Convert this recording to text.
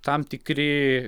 tam tikri